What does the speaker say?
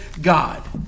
god